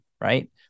right